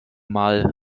mal